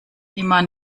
immer